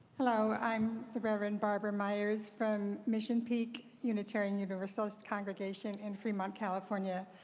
hello. i'm the reverend barbara meyers from mission peak unitarian universalist congregation in fremont, california.